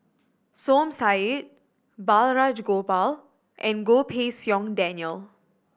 Som Said Balraj Gopal and Goh Pei Siong Daniel